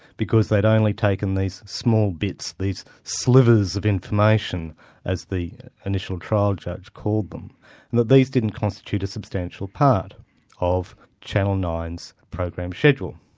because they'd only taken these small bits, these slivers of information as the initial trial judge called them, and that these didn't constitute a substantial part of channel nine s program schedule.